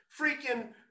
freaking